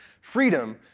freedom